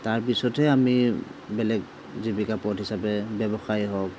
তাৰ পিছতহে আমি বেলেগ জীৱিকা পথ হিচাপে ব্যৱসায় হওঁক